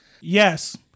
Yes